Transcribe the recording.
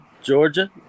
Georgia